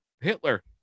Hitler